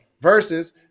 versus